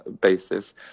basis